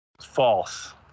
False